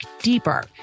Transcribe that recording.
deeper